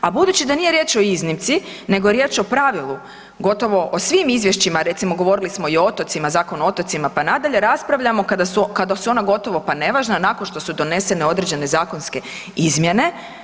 A budući da nije riječ o iznimci nego je riječ o pravilu gotovo o svim izvješćima, recimo govorili smo i o otocima, Zakon o otocima pa nadalje raspravljamo kada su ona gotovo pa nevažna nakon što su donesene određene zakonske izmjene.